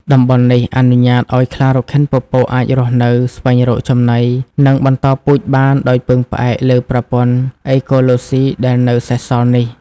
តំបន់នេះអនុញ្ញាតឲ្យខ្លារខិនពពកអាចរស់នៅ ស្វែងរកចំណី និងបន្តពូជបានដោយពឹងផ្អែកលើប្រព័ន្ធអេកូឡូស៊ីដែលនៅសេសសល់នេះ។